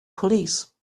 police